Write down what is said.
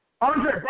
Andre